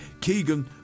Keegan